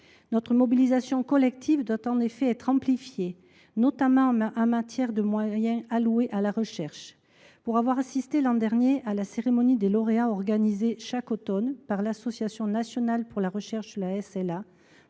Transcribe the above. Notre mobilisation collective doit en effet être amplifiée, notamment en ce qui concerne les moyens alloués à la recherche. J’ai assisté l’an dernier à la cérémonie des lauréats organisée chaque automne par l’association pour la recherche sur la SLA.